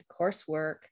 coursework